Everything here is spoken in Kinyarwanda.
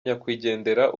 nyakwigendera